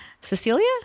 Cecilia